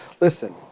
listen